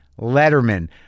Letterman